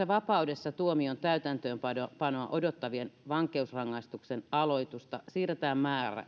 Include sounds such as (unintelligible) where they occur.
(unintelligible) vapaudessa tuomion täytäntöönpanoa odottavien vankeusrangaistuksen aloitusta siirretään